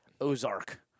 Ozark